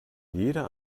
jeder